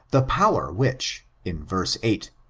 the power which, in verse eight,